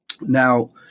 Now